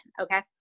okay